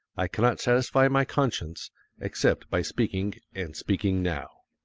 i cannot satisfy my conscience except by speaking, and speaking now.